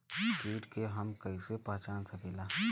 कीट के हम कईसे पहचान सकीला